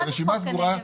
מה זה חוק הנגב?